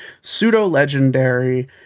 pseudo-legendary